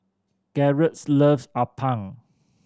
Garrett's loves appam